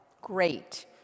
Great